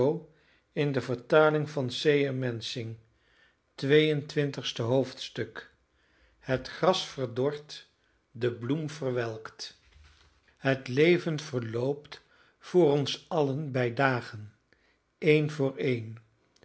het gras verdort de bloem verwelkt het leven verloopt voor ons allen bij dagen een voor een